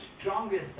strongest